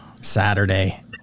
Saturday